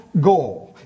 goal